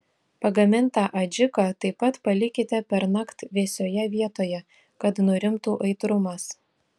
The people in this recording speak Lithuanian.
pagamintą adžiką taip pat palikite pernakt vėsioje vietoje kad nurimtų aitrumas